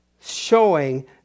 showing